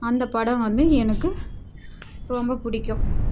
அந்த படம் வந்து எனக்கு ரொம்ப பிடிக்கும்